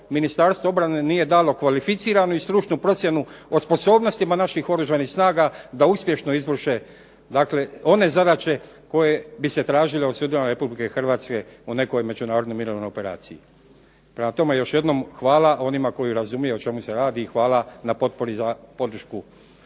Ministarstvo obrane nije dalo kvalificiranu i stručnu procjenu o sposobnostima naših oružanih snaga da uspješno izvrše one zadaće koje bi se tražile od sudjelovanja RH u nekoj međunarodnoj mirovnoj operaciji. Prema tome još jednom hvala onima koji razumiju o čemu se radi i hvala na potpori za podršku